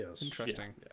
Interesting